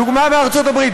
דוגמה מארצות-הברית.